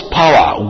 power